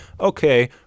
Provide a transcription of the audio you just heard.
okay